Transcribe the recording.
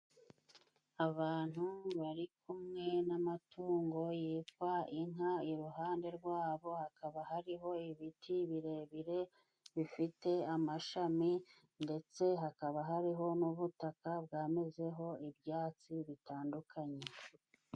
Abantu bari kumwe n'amatungo yitwa inka, iruhande rwabo hakaba hariho ibiti birebire bifite amashami, ndetse hakaba hariho n'ubutaka bwamezeho ibyatsi bitandukanye.